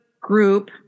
group